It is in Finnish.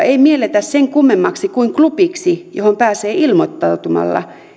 ei mielletä sen kummemmaksi kuin klubiksi johon pääsee ilmoittautumalla